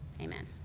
Amen